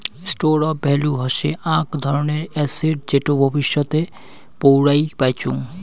store of value হসে আক ধরণের এসেট যেটো ভবিষ্যতে পৌরাই পাইচুঙ